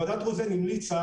ועדת רוזן המליצה,